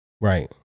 right